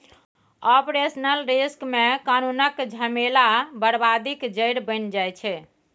operational risk मे कानुनक झमेला बरबादीक जरि बनि जाइ छै